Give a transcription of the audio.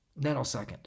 nanosecond